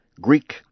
Greek